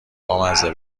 بامزه